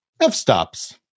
F-stops